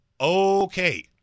Okay